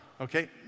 okay